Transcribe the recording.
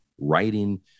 writing